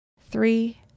three